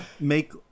make